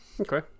Okay